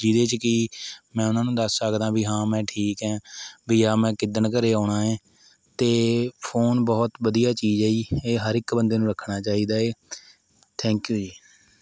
ਜਿਹਦੇ 'ਚ ਕਿ ਮੈਂ ਉਹਨਾਂ ਨੂੰ ਦੱਸ ਸਕਦਾ ਵੀ ਹਾਂ ਮੈਂ ਠੀਕ ਹੈ ਵੀ ਜਾਂ ਮੈਂ ਕਿੱਦਣ ਘਰੇ ਆਉਣਾ ਏ ਅਤੇ ਫ਼ੋਨ ਬਹੁਤ ਵਧੀਆ ਚੀਜ਼ ਹੈ ਜੀ ਇਹ ਹਰ ਇੱਕ ਬੰਦੇ ਨੂੰ ਰੱਖਣਾ ਚਾਹੀਦਾ ਏ ਥੈਂਕ ਯੂ ਜੀ